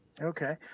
Okay